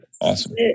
Awesome